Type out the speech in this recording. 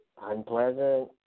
unpleasant